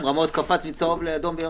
רמות קפצה מצהוב לאדום ביום אחד.